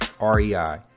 R-E-I